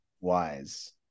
wise